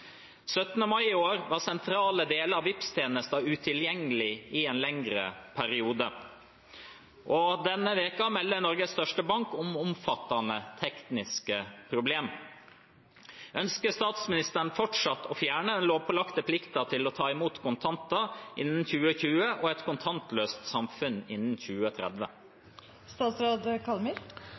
mai i år var sentrale deler av Vipps-tjenesten utilgjengelig i en lengre periode, og denne uka melder Norges største bank om omfattende tekniske problemer. Ønsker statsministeren fortsatt å fjerne den lovpålagte plikten til å ta imot kontanter innen 2020 og et kontantløst samfunn innen 2030?»